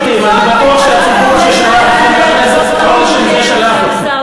אולי תחשבו פעמיים, לא לשם זה שלח אתכם הציבור.